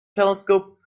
telescope